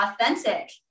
authentic